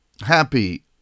happy